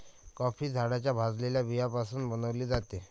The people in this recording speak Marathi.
कॉफी झाडाच्या भाजलेल्या बियाण्यापासून बनविली जाते